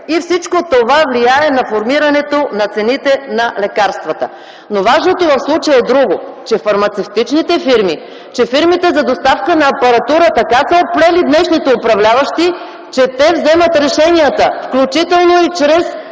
И всичко това влияе на формирането на цените на лекарствата, но важното в случая е друго, че фармацевтичните фирми, че фирмите за доставка на апаратура така са оплели днешните управляващи, че те вземат решенията, включително и чрез